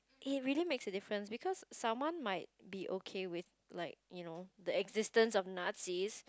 it really makes a difference because someone might be okay with like you know the existence of Nazis